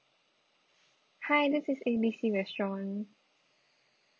hi this is A B C restaurant